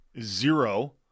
zero